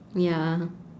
ya